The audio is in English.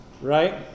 right